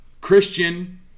Christian